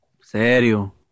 Serio